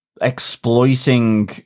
exploiting